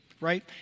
right